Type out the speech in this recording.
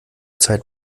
zeit